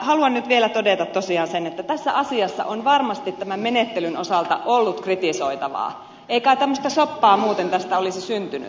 haluan nyt vielä todeta tosiaan sen että tässä asiassa on varmasti tämän menettelyn osalta ollut kritisoitavaa ei kai tämmöistä soppaa muuten tästä olisi syntynyt